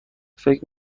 فکر